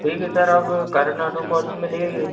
ठीक है सर आप करन आटो पार्ट्स में ले आइए